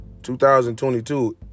2022